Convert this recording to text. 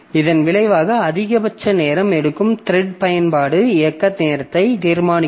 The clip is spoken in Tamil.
இதன் விளைவாக அதிகபட்ச நேரம் எடுக்கும் த்ரெட் பயன்பாட்டு இயக்க நேரத்தை தீர்மானிக்கும்